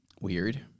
Weird